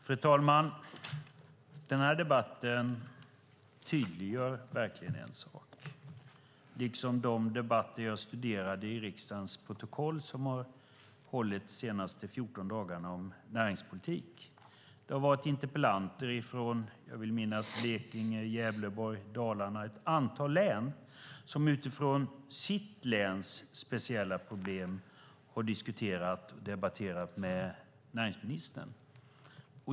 Fru talman! Den här debatten och de debatter om näringspolitik som jag studerat i riksdagens protokoll och som varit de senaste 14 dagarna tydliggör verkligen en sak. Interpellanter från, vill jag minnas, Blekinge, Gävleborg, Dalarna, ja, från ett antal län, har utifrån det egna länets speciella problem debatterat med näringsministern.